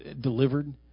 delivered